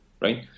right